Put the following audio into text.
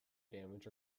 damage